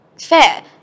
Fair